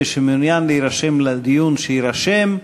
מי שמעוניין להירשם לדיון, שיירשם.